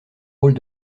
rôles